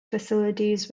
facilities